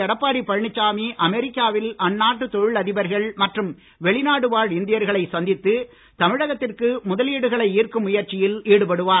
எடப்பாடி பழனிசாமி அமெரிக்காவில் அந்நாட்டு தொழில் அதிபர்கள் மற்றும் வெளிநாடு வாழ் இந்தியர்களை சந்தித்து தமிழகத்திற்கு முதலீடுகளை ஈர்க்கும் முயற்சியில் ஈடுபடுவார்